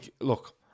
look